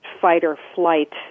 fight-or-flight